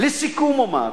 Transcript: לסיכום אומר: